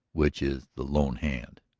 which is the lone hand.